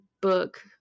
book